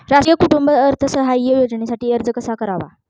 राष्ट्रीय कुटुंब अर्थसहाय्य योजनेसाठी अर्ज कसा करावा?